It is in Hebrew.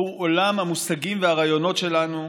עבור עולם המושגים והרעיונות שלנו,